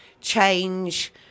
change